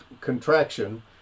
contraction